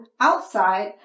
outside